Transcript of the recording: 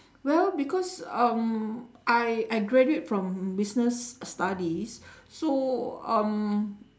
well because um I I graduate from business studies so um